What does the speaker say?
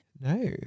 No